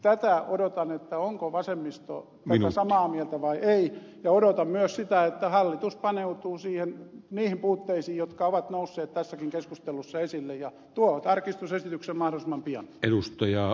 tätä odotan onko vasemmisto samaa mieltä vai ei ja odotan myös sitä että hallitus paneutuu niihin puutteisiin jotka ovat nousseet tässäkin keskustelussa esille ja tuo tarkistusesityksen mahdollisimman pian